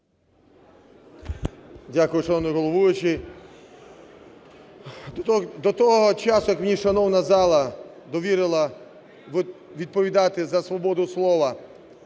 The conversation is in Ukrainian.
Дякую, шановний головуючий. До того часу, як мені шановна зала довірила відповідати за свободу слова